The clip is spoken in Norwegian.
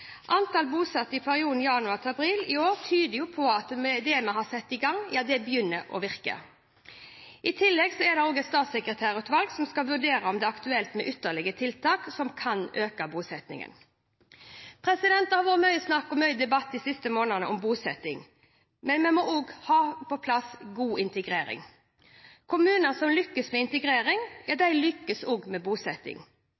Antall bosatte i perioden januar–april i år tyder på at det vi har satt i gang, begynner å virke. I tillegg har jeg satt ned et statssekretærutvalg, som skal vurdere om det er aktuelt med ytterligere tiltak som kan øke bosettingen. Det har vært mye snakk og mye debatt de siste månedene om bosetting, men vi må også ha på plass god integrering. Kommuner som lykkes med integrering,